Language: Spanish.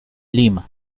lima